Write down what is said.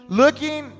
looking